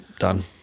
done